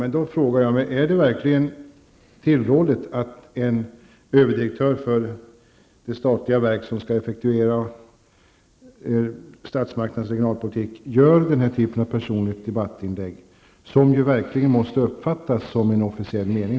Men är det verkligen tillrådigt att en överdirektör för det statliga verk som skall effektuera statsmakternas regionalpolitik gör den här typen av personligt debattinlägg? Det måste ju verkligen uppfattas som verkets officiella mening.